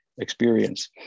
experience